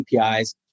APIs